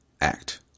act